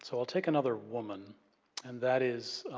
so, i'll take another woman and that is